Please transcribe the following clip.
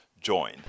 join